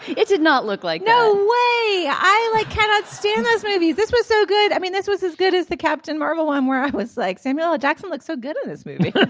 it did not look like no way i like cannot stand maybe this was so good. i mean this was as good as the captain marvel on where i was like samuel jackson looked so good in this movie.